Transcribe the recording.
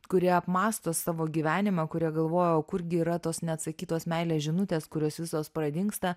kurie apmąsto savo gyvenimą kurie galvoja o kurgi yra tos neatsakytos meilės žinutės kurios visos pradingsta